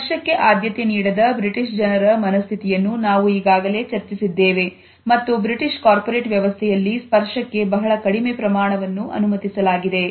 ಸ್ಪರ್ಶಕ್ಕೆ ಆದ್ಯತೆ ನೀಡದ ಬ್ರಿಟಿಷ್ ಜನರ ಮನಸ್ಥಿತಿಯನ್ನು ನಾವು ಈಗಾಗಲೇ ಚರ್ಚಿಸಿದ್ದೇವೆ ಮತ್ತು ಬ್ರಿಟಿಷ್ ಕಾರ್ಪೊರೇಟ್ ವ್ಯವಸ್ಥೆಯಲ್ಲಿ ಸ್ಪರ್ಶಕ್ಕೆ ಬಹಳ ಕಡಿಮೆ ಪ್ರಮಾಣವನ್ನು ಅನುಮತಿಸಲಾಗಿದೆ